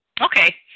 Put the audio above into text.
okay